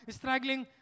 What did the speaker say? struggling